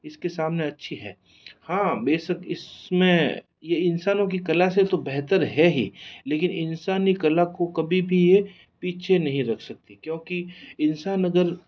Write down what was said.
इसके सामने अच्छी है हाँ बेशक इसमें ये इंसानों की कला से तो बेहतर है ही लेकिन इंसानी कला को कभी भी ये पीछे नहीं रख सकती क्योंकि इंसान अगर